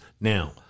Now